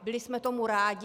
Byli jsme tomu rádi.